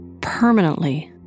permanently